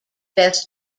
best